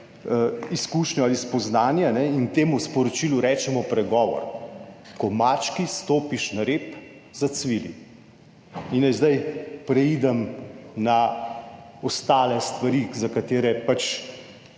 izkušnjo ali spoznanje, in temu sporočilu rečemo pregovor. Ko mački stopiš na rep, zacvili. In naj zdaj preidem na ostale stvari, za katerega